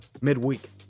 midweek